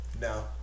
no